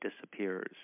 disappears